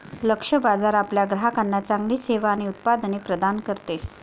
लक्ष्य बाजार आपल्या ग्राहकांना चांगली सेवा आणि उत्पादने प्रदान करते